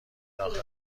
داخل